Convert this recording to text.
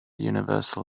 universal